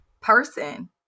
person